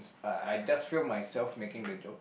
I I just feel myself making video